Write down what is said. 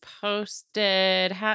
posted